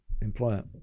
employer